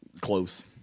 close